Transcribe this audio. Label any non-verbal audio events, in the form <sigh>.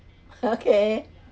<laughs> okay